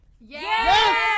Yes